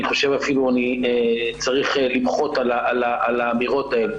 חושב שאני צריך למחות על האמירות האלו.